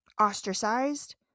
ostracized